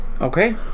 Okay